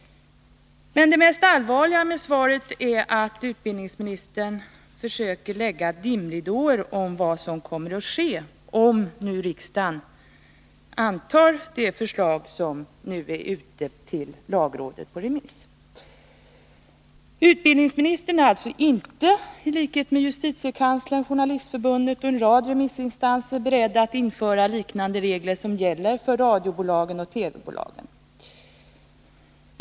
Men det mest allvarliga med svaret är att utbildningsministern försöker lägga dimridåer kring vad som kommer att ske, om riksdagen antar det förslag som nu är på remiss hos lagrådet. Utbildningsministern vill alltså inte, i likhet med justitiekanslern, Journalistförbundet och en rad andra remissinstanser, för närradion införa liknande regler som de som gäller för radiobolagen och TV-bolagen.